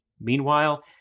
Meanwhile